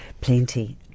Plenty